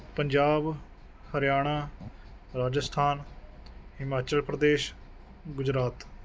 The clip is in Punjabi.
ਪੰਜਾਬ ਹਰਿਆਣਾ ਰਾਜਸਥਾਨ ਹਿਮਾਚਲ ਪ੍ਰਦੇਸ਼ ਗੁਜਰਾਤ